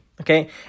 Okay